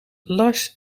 lars